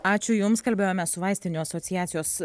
ačiū jums kalbėjome su vaistinių asociacijos